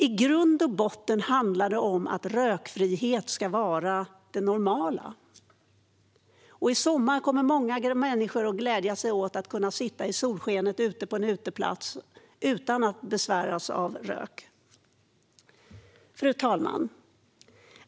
I grund och botten handlar det om att rökfrihet ska vara det normala. Till sommaren kommer många människor att kunna glädja sig över att sitta ute i solskenet på en uteplats utan att besväras av rök. Fru talman!